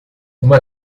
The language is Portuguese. uma